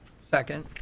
Second